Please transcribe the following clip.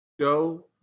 Joe